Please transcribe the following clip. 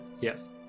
yes